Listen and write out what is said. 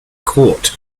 court